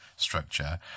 structure